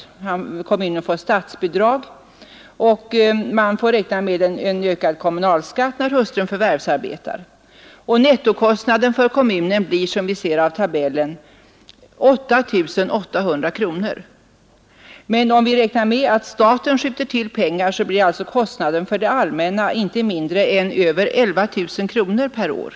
Kommunen får också statsbidrag och kan dessutom räkna med ökad kommunalskatt när hustrun förvärvsarbetar. Nettokostnaden för kommunen blir, som vi ser av tabellen, 8 800 kronor. Men om vi tar hänsyn till att staten skjuter till pengar, blir kostnaden för det allmänna inte mindre än över 11 000 kronor per år.